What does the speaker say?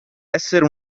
essere